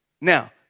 Now